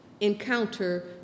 encounter